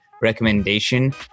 recommendation